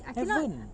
haven't